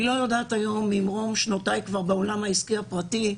ממרום שנותיי בעולם העסקי הפרטי,